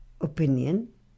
opinion